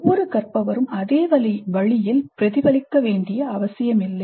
ஒவ்வொரு கற்பவரும் அதே வழியில் பிரதிபலிக்க வேண்டிய அவசியமில்லை